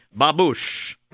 Babush